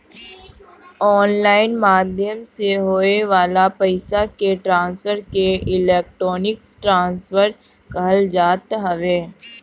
online माध्यम से होए वाला पईसा के ट्रांसफर के इलेक्ट्रोनिक ट्रांसफ़र कहल जात हवे